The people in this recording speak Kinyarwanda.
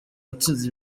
watsinze